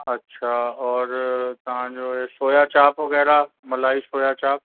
अच्छा और तव्हांजो इहे सोयाचाप वग़ैरह मलासोया चाप